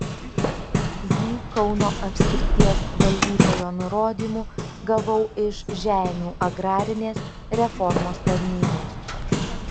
jį kauno apskrities valdytojo nurodymu gavau iš žeimių agrarinės reformos tarnybos